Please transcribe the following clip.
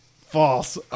False